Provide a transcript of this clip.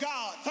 God